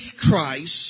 Christ